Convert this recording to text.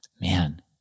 Man